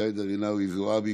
ג'ידא רינאוי זועבי.